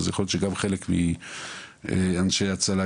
ויכול להיות שגם חלק מאנשי הצלחה,